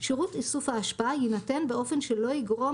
שירות איסוף האשפה יינתן באופן שלא יגרום